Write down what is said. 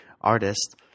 artist